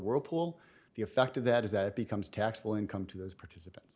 whirlpool the effect of that is that it becomes taxable income to those participants